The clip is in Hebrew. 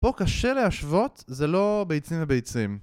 פה קשה להשוות, זה לא ביצים לביצים